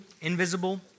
invisible